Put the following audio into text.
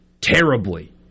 terribly